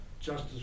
Justice